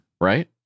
right